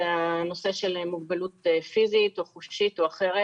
זה הנושא של מוגבלות פיזית או חושית או אחרת.